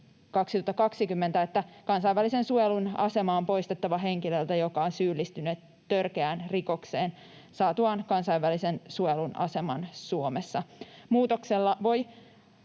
että kansainvälisen suojelun asema on poistettava henkilöltä, joka on syyllistynyt törkeään rikokseen saatuaan kansainvälisen suojelun aseman Suomessa.